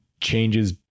changes